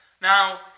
Now